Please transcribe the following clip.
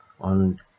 on